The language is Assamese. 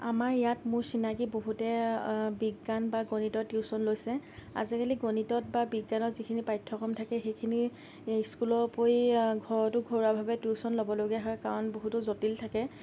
আমাৰ ইয়াত মোৰ চিনাকি বহুতে বিজ্ঞান বা গণিতৰ টিউচন লৈছে আজিকালি গণিতত বা বিজ্ঞানত যিখিনি পাঠ্য়ক্ৰম থাকে সেইখিনি স্কুলৰ উপৰি ঘৰতো ঘৰুৱাভাৱে টিউচন ল'বলগীয়া হয় কাৰণ বহুতো জটিল থাকে